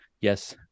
yes